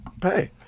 Pay